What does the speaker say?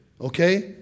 okay